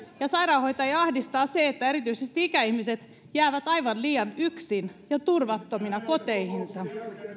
sairaanhoitajia ahdistaa se että erityisesti ikäihmiset jäävät aivan liian yksin ja turvattomina koteihinsa